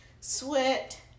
sweat